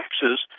taxes